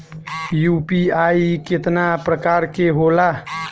UPI केतना प्रकार के होला?